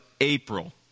April